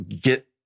get